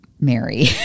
Mary